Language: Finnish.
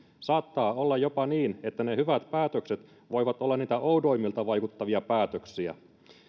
saattaa olla jopa niin että ne hyvät päätökset voivat olla niitä oudoimmilta vaikuttavia päätöksiä